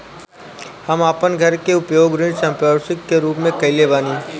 हम आपन घर के उपयोग ऋण संपार्श्विक के रूप में कइले बानी